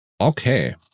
okay